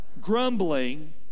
Grumbling